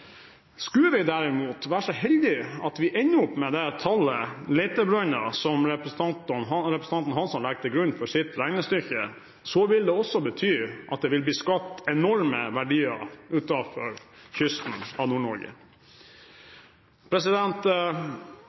Skulle vi derimot være så heldig at vi ender opp med det tallet letebrønner som representanten Hansson legger til grunn for sitt regnestykke, vil det også bety at det vil bli skapt enorme verdier utenfor kysten av